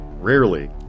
rarely